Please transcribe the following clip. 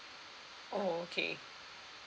oh okay